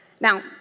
Now